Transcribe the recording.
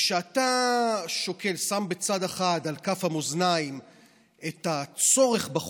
וכשאתה שם בצד אחד על כף המאזניים את הצורך בחוק,